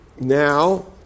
Now